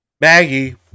Maggie